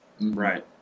right